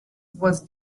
was